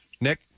Nick